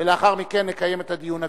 ולאחר מכן נקיים את הדיון הכללי.